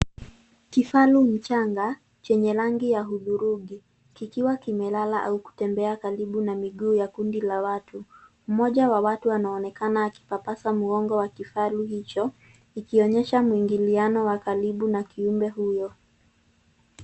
Kifaru mchanga chenye rangi ya hudhurungi kikiwa kimelala au kutembea karibu na miguu ya kundi la watu. Mmoja wa watu anaonekana akipapasa mgongo wa kifaru hicho ikionyesha mwingiliano wa karibu na kiumbe huyo.